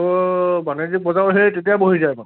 অঁ বাণজী পূজাও সেই তেতিয়াই বহি যায় বাৰু